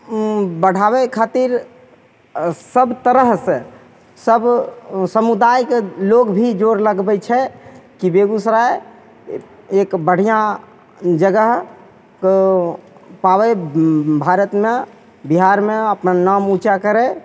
बढ़ाबै खातिर सब तरहसे सब समुदायके लोक भी जोर लगबै छै कि बेगूसराय एक बढ़िआँ जगहके पाबै भारतमे बिहारमे अपन नाम उँचा करै